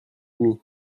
demi